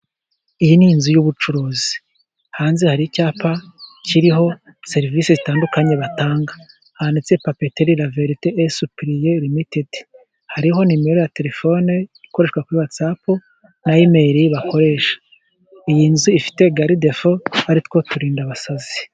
Iyi ni inzu y'ubucuruzi, hanze hari icyapa kiriho serivisi zitandukanye batanga. Hanitse Papeteri Raverite esupiriye rimitedi. Hariho nimero ya terefone ikoreshwa kuri watsapu na imeri bakoresha. Iyi nzu ifite garidefu, ari two turindabasazi.